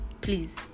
please